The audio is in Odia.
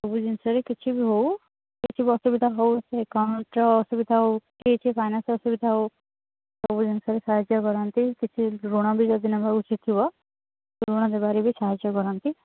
ସବୁ ଜିନିଷରେ କିଛି ବି ହେଉ କିଛି ବି ଅସୁବିଧା ହେଉ ସେ ଏକାଉଣ୍ଟ୍ର ଅସୁବିଧା ହେଉ କି କିଛି ଫାଇନାନ୍ସ ଅସୁବିଧା ହେଉ ସବୁ ଜିନିଷରେ ସାହାଯ୍ୟ କରନ୍ତି କିଛି ଋଣ ବି ଯଦି ନେବା ଉଚିତ ଥିବ ଋଣ ଦେବାରେ ବି ସାହାଯ୍ୟ କରନ୍ତି